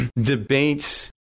debates